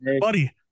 buddy